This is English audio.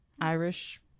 Irish